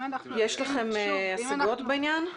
יש לכם השגות בעניין?